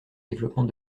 développement